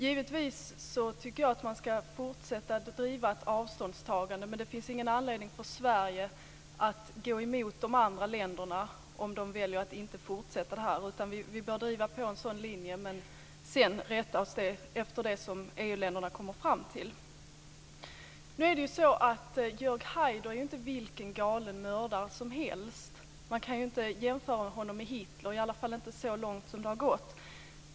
Givetvis tycker jag att man ska fortsätta att driva ett avståndstagande, men det finns ingen anledning för Sverige att gå emot de andra länderna om de väljer att inte fortsätta. Vi bör driva på en sådan linje men sedan rätta oss efter det EU-länderna kommer fram till. Nu är det ju så att Jörg Haider inte är vilken galen mördare som helst. Man kan ju inte jämföra honom med Hitler, i alla fall inte så långt som det har gått.